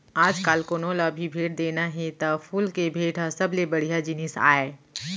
आजकाल कोनों ल भी भेंट देना हे त फूल के भेंट ह सबले बड़िहा जिनिस आय